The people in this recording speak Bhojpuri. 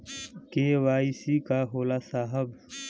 के.वाइ.सी का होला साहब?